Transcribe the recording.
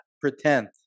pretend